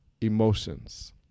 emotions